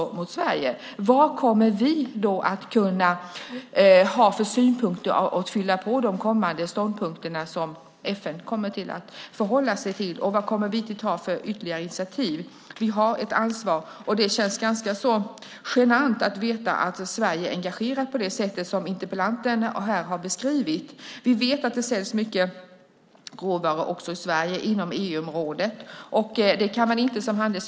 Vilka synpunkter kommer vi att ha för att fylla på de kommande ståndpunkter som FN kommer att förhålla sig till? Vilka ytterligare initiativ kommer vi att ta? Vi har ett ansvar. Det känns ganska genant att veta att Sverige är engagerat på det sätt som interpellanten har beskrivit här. Vi vet att det säljs mycket råvaror i Sverige och inom EU-området.